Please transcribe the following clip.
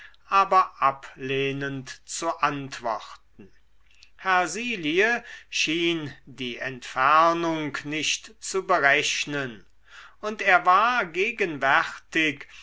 aber ablehnend zu antworten hersilie schien die entfernung nicht zu berechnen und er war gegenwärtig